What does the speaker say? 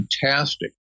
fantastic